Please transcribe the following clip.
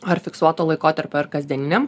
ar fiksuoto laikotarpio ar kasdieniniam